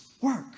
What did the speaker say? Work